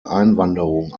einwanderung